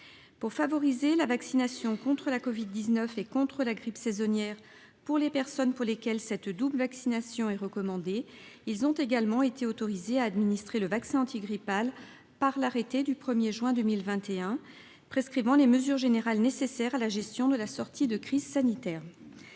Pour favoriser la vaccination contre la covid-19 et contre la grippe saisonnière des personnes pour lesquelles cette double vaccination est recommandée, ils ont également été autorisés à administrer le vaccin antigrippal par l'arrêté du 1 juin 2021 prescrivant les mesures générales nécessaires à la gestion de la sortie de crise sanitaire.